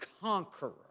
conqueror